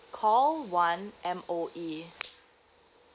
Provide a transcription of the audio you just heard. call one M_O_E